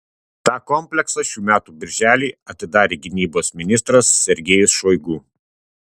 tą kompleksą šių metų birželį atidarė gynybos ministras sergejus šoigu